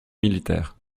militaires